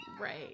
Right